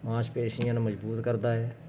ਮਾਸਪੇਸ਼ੀਆਂ ਨੂੰ ਮਜ਼ਬੂਤ ਕਰਦਾ ਹੈ